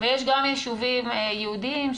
ויש גם יישובים יהודים,